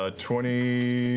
ah twenty